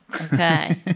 Okay